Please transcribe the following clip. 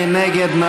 מי נגד?